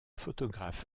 photographe